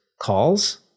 calls